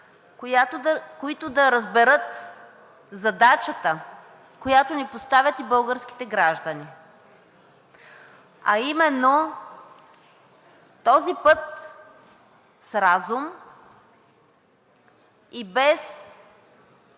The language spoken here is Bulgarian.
които да разберат задачата, която ни поставят и българските граждани, а именно този път с разум и без